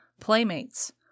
playmates